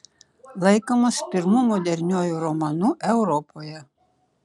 laikomas pirmu moderniuoju romanu europoje